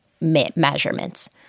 measurements